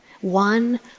one